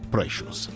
Precious